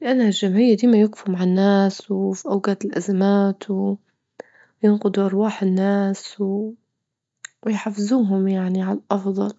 لأنها الجمعية ديما يوجفوا مع الناس، وفي أوجات الأزمات، وينقدوا أرواح الناس ويحفزوهم يعني على الأفضل.